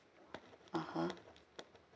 (uh huh)